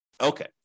Okay